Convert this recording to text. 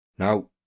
Now